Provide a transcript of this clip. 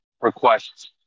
requests